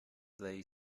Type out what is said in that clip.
they